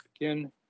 again